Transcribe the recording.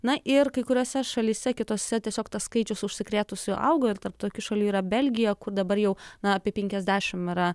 na ir kai kuriose šalyse kitose tiesiog tas skaičius užsikrėtusiųjų augo ir tarp tokių šalių yra belgija kur dabar jau na apie penkiasdešimt yra